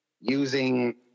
using